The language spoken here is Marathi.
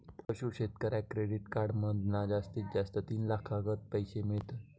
पशू शेतकऱ्याक क्रेडीट कार्ड मधना जास्तीत जास्त तीन लाखातागत पैशे मिळतत